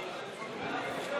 את רוצה לצאת?